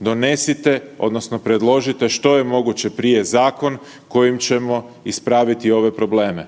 donesite odnosno predložite što je moguće prije zakon kojim ćemo ispraviti ove probleme,